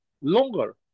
longer